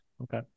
Okay